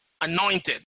anointed